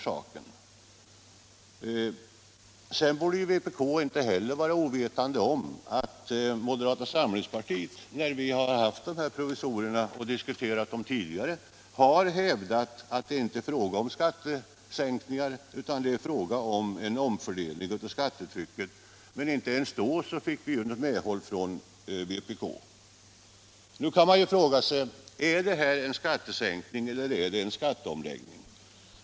Vpk borde inte heller vara ovetande om att moderata samlingspartiet när vi diskuterat skatteprovisorier tidigare hävdat att det inte är fråga om skattesänkningar utan endast en omfördelning av skattetrycket. Men inte ens då fick vi medhåll från vpk. Nu kan man fråga sig om det gäller en skattesänkning eller en skatteomläggning.